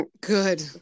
Good